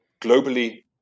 globally